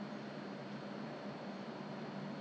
还是 um is it the permanent